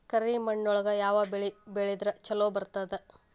ಕರಿಮಣ್ಣೊಳಗ ಯಾವ ಬೆಳಿ ಬೆಳದ್ರ ಛಲೋ ಬರ್ತದ?